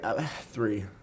three